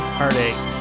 Heartache